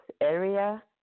area